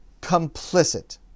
complicit